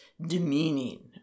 demeaning